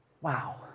Wow